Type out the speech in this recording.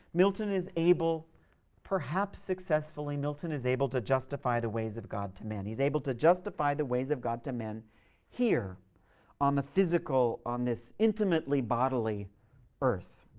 milton is able perhaps successfully, milton is able to justify the ways of god to men. he's able to justify the ways of god to men here on the physical on this intimately bodily earth